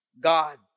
God